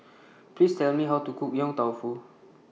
Please Tell Me How to Cook Yong Tau Foo